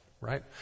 right